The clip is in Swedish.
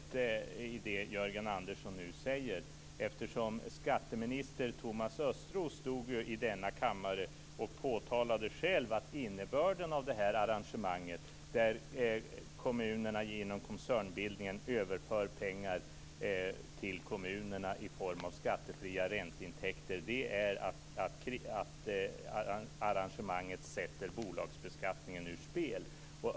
Fru talman! Det är en egendomlighet i det Jörgen Andersson nu säger. Skatteminister Thomas Östros påtalade ju själv i denna kammare att innebörden av detta arrangemang, där kommunerna inom koncernbildningen överför pengar till sig själva i form av skattefria ränteintäkter, är att bolagsbeskattningen sätts ur spel.